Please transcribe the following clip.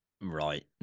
Right